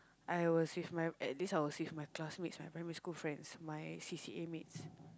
I was with my at least I was with my classmates my primary school friends my c_c_a mates